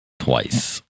Twice